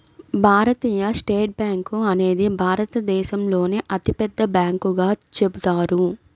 భారతీయ state bank అనేది భారతదేశంలోనే అతిపెద్ద బ్యాంకుగా చెబుతారు